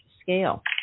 scale